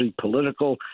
political